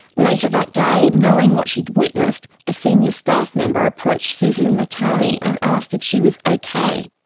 later that day, knowing what she had witnessed, a senior staff member approached susan mutami and asked if she was okay.